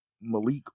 Malik